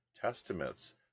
Testaments